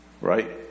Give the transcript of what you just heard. right